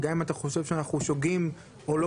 וגם אם אתה חושב שאנחנו שוגים או לא